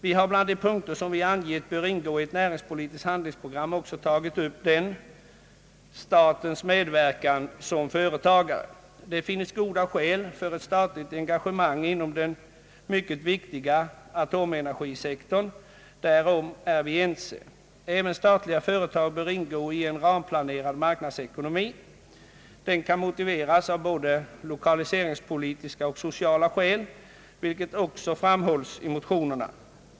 Vi har bland de punkter, som vi har angett bör ingå i ett näringspolitiskt handlingsprogram, också tagit upp statens medverkan som företagare. Det finns goda skäl för ett statligt engagemang inom den mycket viktiga atomenergisektorn — därom är vi ense. även statliga företag bör ingå i en ramplanerad marknadsekonomi. Det kan moti veras av både lokaliseringspolitiska och sociala skäl, vilket också framhålls i motionerna.